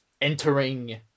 entering